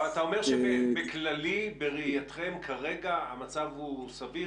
אבל אתה אומר שבכללי בראייתכם כרגע המצב הוא סביר,